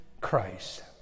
Christ